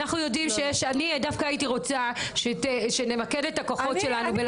אני דווקא הייתי רוצה שנמקד את הכוחות שלנו.